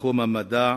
בתחום המדע,